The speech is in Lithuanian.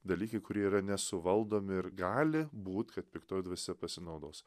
dalykai kurie yra nesuvaldomi ir gali būt kad piktoji dvasia pasinaudos